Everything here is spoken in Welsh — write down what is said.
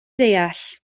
deall